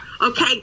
okay